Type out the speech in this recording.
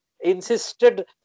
insisted